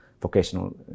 vocational